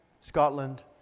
Scotland